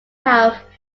have